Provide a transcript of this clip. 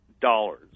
dollars